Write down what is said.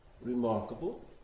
remarkable